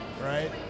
right